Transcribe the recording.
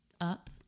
Up